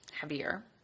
heavier